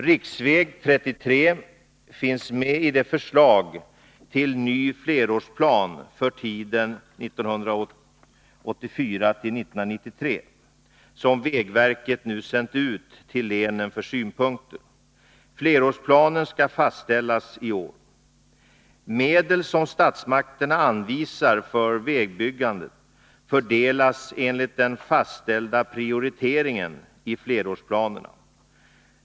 Riksväg 33 finns med i det förslag till ny flerårsplan för tiden 1984-1993 som vägverket nu sänt ut till länen för synpunkter. Flerårsplanen skall fastställas i år. Medel som statsmakterna anvisar för vägbyggande fördelas enligt den fastställda prioriteringen i flerårsplanerna.